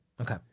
Okay